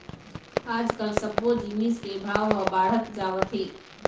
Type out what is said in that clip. आजकाल सब्बो जिनिस के भाव ह बाढ़त जावत हे